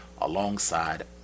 alongside